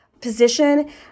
position